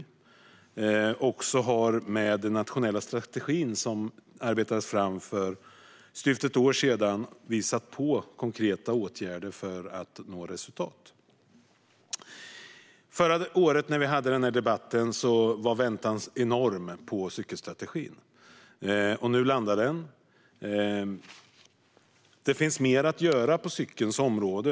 Det har också att göra med den nationella strategi som arbetades fram för drygt ett år sedan och som visat på konkreta åtgärder för att nå resultat. När vi hade den här debatten förra året var det en stor förväntan på cykelstrategin, och nu har den landat. Det finns mer att göra på cyklingens område.